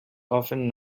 often